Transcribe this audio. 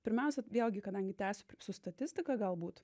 pirmiausia vėlgi kadangi tęsiu su statistika galbūt